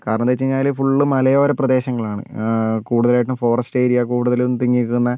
കാരണമെന്താന്ന് വെച്ച് കഴിഞ്ഞാൽ ഫുള്ള് മലയോര പ്രദേശങ്ങളാണ് കൂടുതലും ആയിട്ടും ഫോറസ്റ്റ് ഏരിയ കൂടുതലും തിങ്ങി നിൽക്കുന്ന